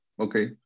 Okay